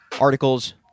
articles